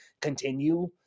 continue